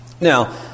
Now